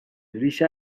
ریشه